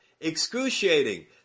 excruciating